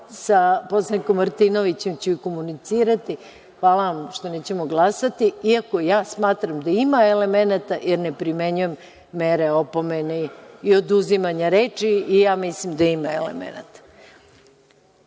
sa poslanikom Martinovićem ću komunicirati. Hvala vam što nećemo glasati iako ja smatram da ima elemenata, jer ne primenjujem mere opomene i oduzimanja reči i ja mislim da ima elemenata. Moram